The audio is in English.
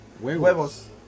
Huevos